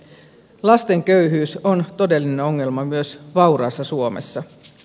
lasten köyhyys on todellinen ongelma myös vauraassa suomessa